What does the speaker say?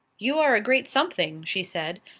you are a great something, she said.